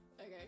Okay